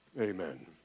Amen